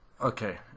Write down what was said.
Okay